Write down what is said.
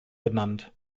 benannt